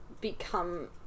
become